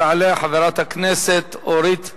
תעלה חברת הכנסת אורית זוארץ.